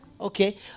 okay